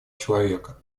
человека